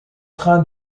train